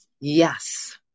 Yes